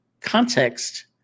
context